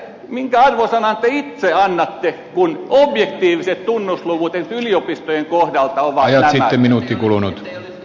minkä arvosanan te itse annatte kun objektiiviset tunnusluvut esimerkiksi yliopistojen kohdalta ovat nämä